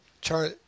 Charlie